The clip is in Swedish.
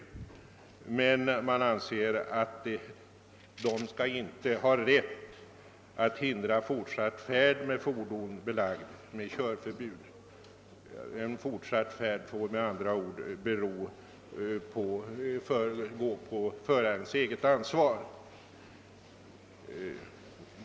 Reservanterna anser emellertid, att tullpersonalen inte skall ha rätt att hindra fortsatt färd med fordon som belagts med provisoriskt körförbud; den fortsatta färden får med andra ord ske på förarens eget ansvar.